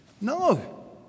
No